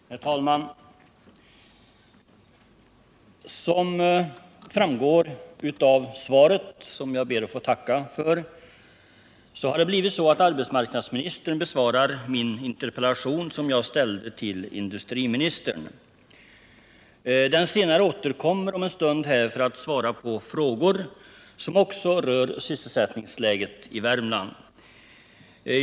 Herr talman! Som framgår av svaret, som jag ber att få tacka för, är arbetet inom regeringen så fördelat att arbetsmarknadsministern besvarar den interpellation jag ställt till industriministern. Den senare kommer om en stund hit till kammaren för att svara på frågor som också rör sysselsättningsläget i Värmland.